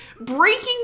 breaking